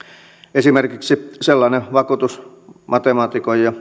esimerkiksi sellaisen vakuutusmatemaatikon